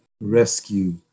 rescue